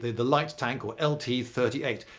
the the light tank or lt thirty thirty eight.